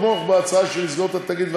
תמוך בהצעה שלי לסגור את התאגיד,